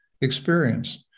experience